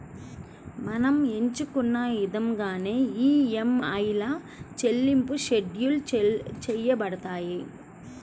మనం ఎంచుకున్న ఇదంగానే ఈఎంఐల చెల్లింపులు షెడ్యూల్ చేయబడతాయి